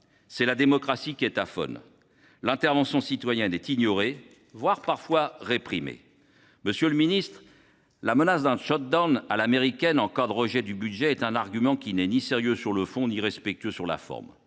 c’est la démocratie qui est aphone. L’intervention citoyenne est ignorée, voire réprimée. Monsieur le ministre, la menace d’un à l’américaine en cas de rejet du budget est un argument qui n’est ni sérieux sur le fond ni respectueux sur la forme.